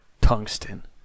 Tungsten